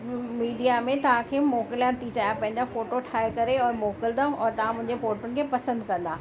media में तव्हां खे मोकिलणु थी चाहियां पंहिंजा फ़ोटो ठाहे करे और मोकिलींदमि और तव्हां मुंहिंजे फ़ोटुनि खे पसंदि कंदा